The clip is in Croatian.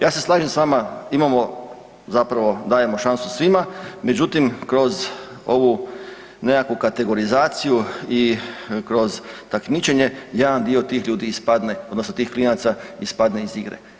Ja se slažem s vama imamo, zapravo dajemo šansu svima međutim kroz ovu nekakvu kategorizaciju i kroz takmičenje jedan dio tih ljudi odnosno tih klinaca ispadne iz igre.